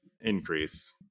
increase